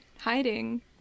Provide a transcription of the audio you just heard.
hiding